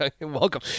Welcome